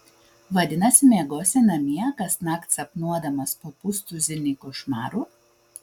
vadinasi miegosi namie kasnakt sapnuodamas po pustuzinį košmarų